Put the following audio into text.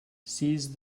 seize